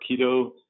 keto